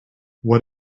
what